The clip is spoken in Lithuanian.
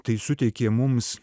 tai suteikė mums